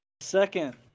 second